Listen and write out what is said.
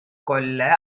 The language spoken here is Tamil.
கொல்ல